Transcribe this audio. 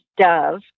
dove